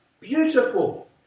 beautiful